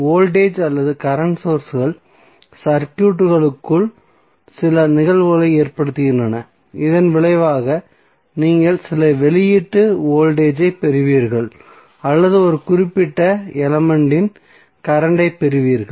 voltage அல்லது current சோர்ஸ்கள் சர்க்யூட்டுக்குள் சில நிகழ்வுகளை ஏற்படுத்துகின்றன இதன் விளைவாக நீங்கள் சில வெளியீட்டு வோல்டேஜ் ஐப் பெறுவீர்கள் அல்லது ஒரு குறிப்பிட்ட எலமென்ட்டின் கரண்டைப் பெறுவீர்கள்